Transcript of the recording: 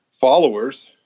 followers